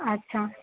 আচ্ছা